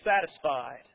satisfied